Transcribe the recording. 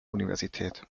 universität